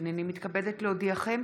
הינני מתכבדת להודיעכם,